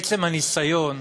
עצם הניסיון